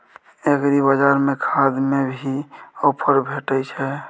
एग्रीबाजार में खाद में भी ऑफर भेटय छैय?